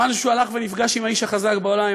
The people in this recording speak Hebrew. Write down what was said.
שמענו שהוא הלך ונפגש עם האיש החזק בעולם,